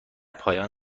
پایان